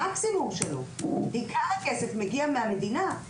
עיקר הכסף מגיע מהמדינה,